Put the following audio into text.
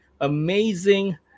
amazing